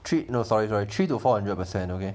three no sorry sorry three to four hundred percent okay